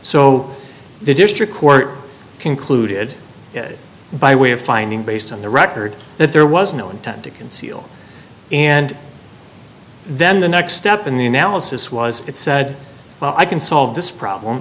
so the district court concluded by way of finding based on the record that there was no intent to conceal and then the next step in the analysis was it said well i can solve this problem